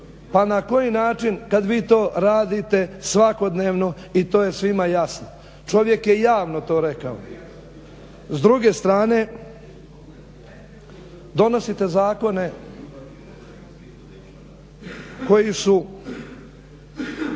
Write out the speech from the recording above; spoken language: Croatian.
pa na koji način kada vi to radite svakodnevno i to je svima jasno. Čovjek je javno to rekao. S druge strane donosite zakone koji su